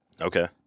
Okay